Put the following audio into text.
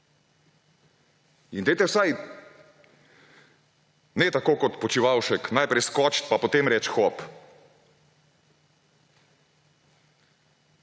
Dajte vsaj ‒ ne tako kot Počivalšek najprej skočiti, pa potem reči hop.